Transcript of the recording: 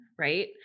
right